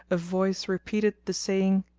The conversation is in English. a voice repeated the saying,